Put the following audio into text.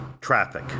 traffic